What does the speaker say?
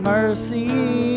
Mercy